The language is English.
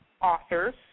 authors